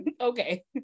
okay